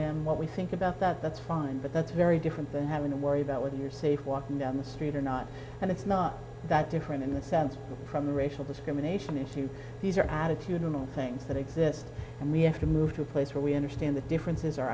am what we think about that that's fine but that's very different than having to worry about whether you're safe walking down the street or not and it's not that different in the sense from the racial discrimination issue these are attitudinal things that exist and we have to move to a place where we understand the differences are